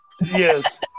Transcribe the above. Yes